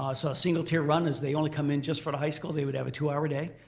um so a single tier run is they only come in just for the high school. they would have a two hour day,